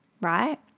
right